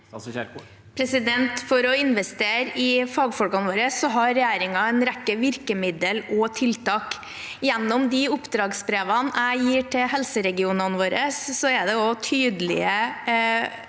For å investere i fagfolkene våre har regjeringen en rekke virkemidler og tiltak. Gjennom de oppdragsbrevene jeg gir til helseregionene våre, er det tydelige